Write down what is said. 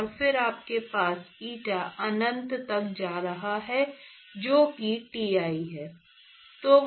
और फिर आपके पास eta अनंत तक जा रहा है जो कि Ti है